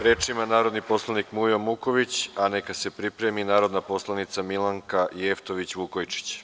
Reč ima narodni poslanik Mujo Muković, a neka se pripremi i narodna poslanica Milanka Jeftović-Vukojčić.